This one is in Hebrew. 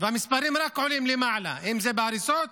והמספרים רק עולים למעלה, אם זה בהריסות